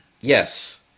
Yes